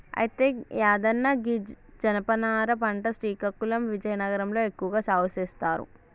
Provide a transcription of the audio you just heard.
అయితే యాదన్న గీ జనపనార పంట శ్రీకాకుళం విజయనగరం లో ఎక్కువగా సాగు సేస్తారు